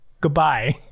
Goodbye